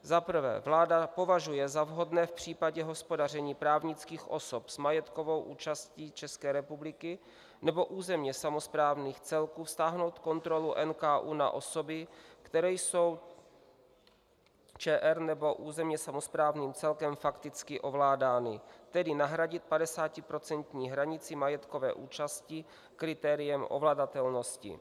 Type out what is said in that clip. Za prvé, vláda považuje za vhodné v případě hospodaření právnických osob s majetkovou účastí České republiky nebo územně samosprávných celků vztáhnout kontrolu NKÚ na osoby, které jsou ČR nebo územně samosprávným celkem fakticky ovládány, tedy nahradit padesátiprocentní hranici majetkové účasti kritériem ovladatelnosti.